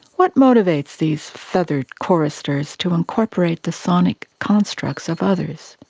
what motivates these feathered choristers to incorporate the sonic constructs of others?